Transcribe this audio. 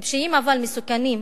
טיפשיים, אבל מסוכנים,